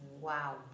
Wow